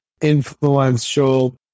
influential